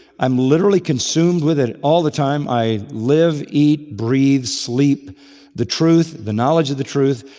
i'm literally consumed with it all the time. i live, eat, breathe, sleep the truth, the knowledge of the truth,